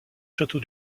château